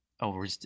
over